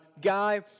guy